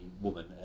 woman